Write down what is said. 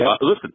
Listen